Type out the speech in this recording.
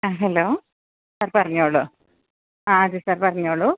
ആ ഹലോ ആ പറഞ്ഞുകൊള്ളൂ ആ ചേട്ടാ പറഞ്ഞുകൊള്ളൂ